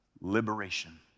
liberation